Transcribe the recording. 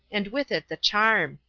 and with it the charm.